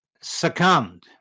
succumbed